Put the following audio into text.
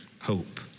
hope